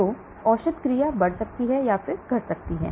तो औषध क्रिया बढ़ सकती है या घट सकती है